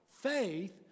faith